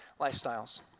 lifestyles